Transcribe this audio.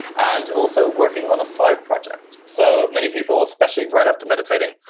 and also working on a side project. so many people, especially right after meditating,